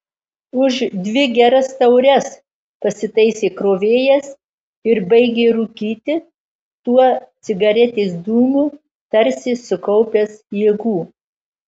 už dvi geras taures pasitaisė krovėjas ir baigė rūkyti tuo cigaretės dūmu tarsi sukaupęs jėgų